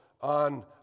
on